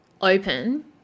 open